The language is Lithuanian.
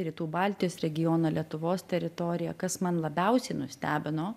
rytų baltijos regioną lietuvos teritoriją kas man labiausiai nustebino